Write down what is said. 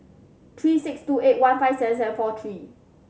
three six two eight one five seven seven four three